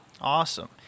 Awesome